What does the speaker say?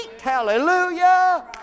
Hallelujah